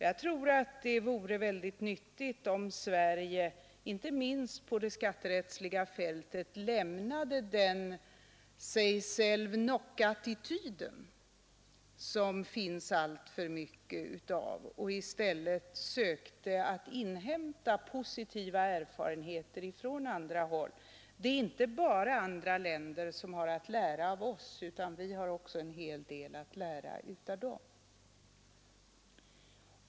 Jag tror att det vore väldigt nyttigt om Sverige, inte minst på det skatterättsliga fältet, lämnade den sig selv nok-attityd, som det finns alltför mycket av, och i stället sökte inhämta positiva erfarenheter från andra håll. Det är inte bara andra länder som har att lära av oss, utan vi har också en hel del att lära av dem.